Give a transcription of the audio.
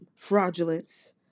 fraudulence